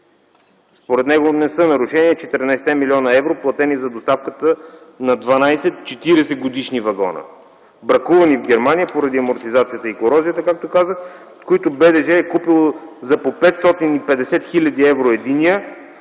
Според него не са нарушение 14-те милиона евро платени за доставката на дванадесет 40-годишни вагона, бракувани в Германия поради амортизацията и корозията, както казах, които БДЖ е купило за по 550 хил. евро единия,